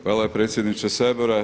Hvala predsjedniče Sabora.